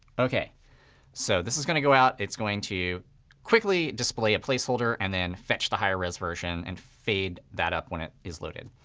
so this is going to go out. it's going to quickly display a placeholder and then fetch the higher res version and fade that up when it is loaded.